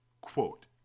Quote